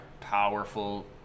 powerful